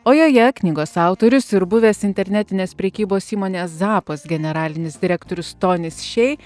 o joje knygos autorius ir buvęs internetinės prekybos įmonės zappos generalinis direktorius tonis šei